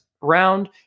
round